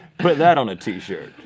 put that on a t-shirt.